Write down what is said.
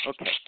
Okay